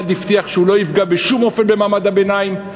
אחד הבטיח שהוא לא יפגע בשום אופן במעמד הביניים,